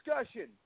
discussion